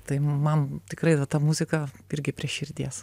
tai man tikrai va ta muzika irgi prie širdies